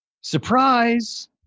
Surprise